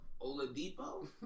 Oladipo